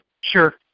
Sure